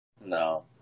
No